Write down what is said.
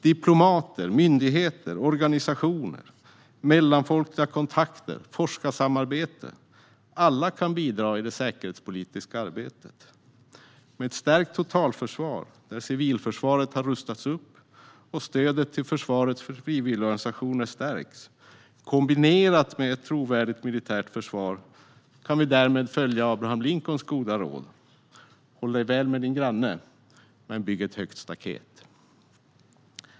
Diplomater, myndigheter, organisationer, mellanfolkliga kontakter och forskarsamarbete - alla kan bidra i det säkerhetspolitiska arbetet. Med ett stärkt totalförsvar där civilförsvaret rustas upp och stödet till försvarets frivilligorganisationer stärks, kombinerat med ett trovärdigt militärt försvar, kan vi därmed följa Abraham Lincolns goda råd: Håll dig väl med din granne, men bygg ett högt staket.